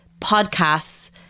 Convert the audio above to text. podcasts